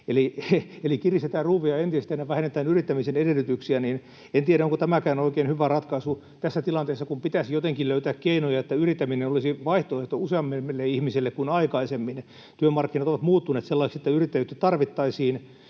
kun kiristetään ruuvia entisestään ja vähennetään yrittämisen edellytyksiä, niin en tiedä, onko tämäkään oikein hyvä ratkaisu tässä tilanteessa, kun pitäisi jotenkin löytää keinoja, että yrittäminen olisi vaihtoehto useammille ihmisille kuin aikaisemmin. Työmarkkinat ovat muuttuneet sellaisiksi, että yrittäjyyttä tarvittaisiin.